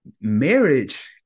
marriage